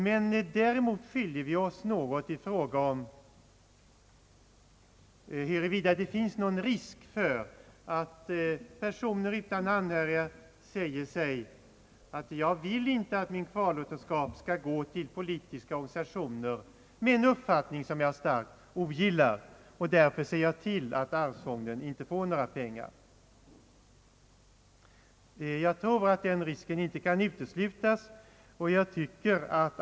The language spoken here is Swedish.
Men däremot skiljer vi oss i fråga om huruvida det finns risk för att personer utan anhöriga säger sig att de inte önskar att deras kvarlåtenskap skall gå till politiska organisationer vilkas uppfattning de starkt ogillar, varför de inte vill låta pengarna gå till arvsfonden. Jag tror att den risken inte kan uteslutas.